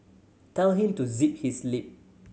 tell him to zip his lip